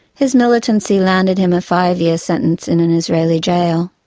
his militancy landed him a five year sentence in an israeli jail.